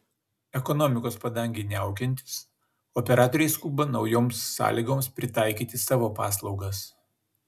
ekonomikos padangei niaukiantis operatoriai skuba naujoms sąlygoms pritaikyti savo paslaugas